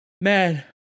man